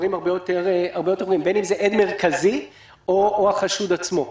בין אם זה עד מרכזי או החשוד עצמו.